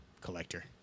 Collector